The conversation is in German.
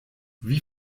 wie